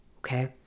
Okay